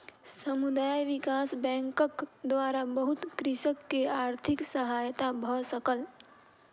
समुदाय विकास बैंकक द्वारा बहुत कृषक के आर्थिक सहायता भ सकल